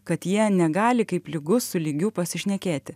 kad jie negali kaip lygus su lygiu pasišnekėti